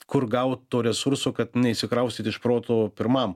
kur gaut to resurso kad neišsikraustyt iš proto pirmam